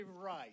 right